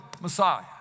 Messiah